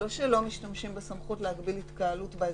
זה לא שלא משתמשים בסמכות להגביל התקהלות באזור המוגבל.